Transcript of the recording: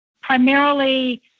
primarily